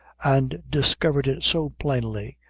and discovered it so plainly,